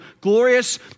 glorious